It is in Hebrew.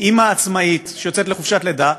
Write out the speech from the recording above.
אימא עצמאית שיוצאת לחופשת לידה,